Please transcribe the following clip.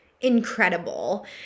incredible